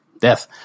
death